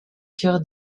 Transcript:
cœur